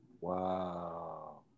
Wow